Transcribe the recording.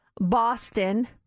Boston